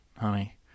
Honey